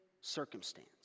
circumstance